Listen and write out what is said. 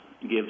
give